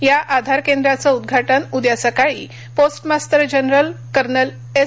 या आधार केंद्राचं उदघाटन उद्या सकाळी post master general colonel S